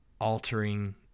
altering